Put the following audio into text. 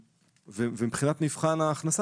מבחינת מבחן ההכנסה,